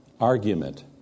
argument